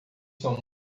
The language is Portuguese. são